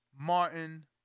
Martin